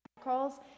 calls